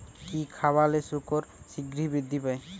কি খাবালে শুকর শিঘ্রই বৃদ্ধি পায়?